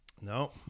no